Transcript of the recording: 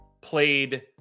played